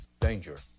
Danger